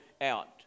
out